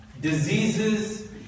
diseases